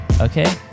okay